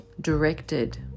directed